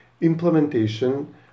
implementation